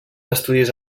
estudis